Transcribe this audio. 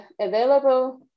available